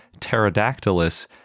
Pterodactylus